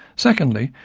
secondly,